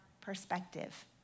perspective